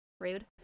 Rude